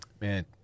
Man